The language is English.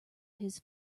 his